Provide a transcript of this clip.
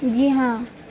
جی ہاں